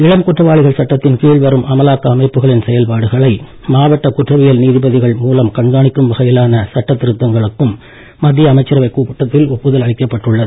இளம் குற்றவாளிகள் சட்டத்தின் கீழ் வரும் அமலாக்க அமைப்புகளின் செயல்பாடுகளை மாவட்ட குற்றவியல் நீதிபதிகள் மூலம் கண்காணிக்கும் வகையிலான சட்டத் திருத்தங்களுக்கும் மத்திய அமைச்சரவைக் கூட்டத்தில் ஒப்புதல் அளிக்கப்பட்டுள்ளது